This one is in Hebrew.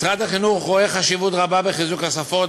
משרד החינוך רואה חשיבות רבה בחיזוק השפות,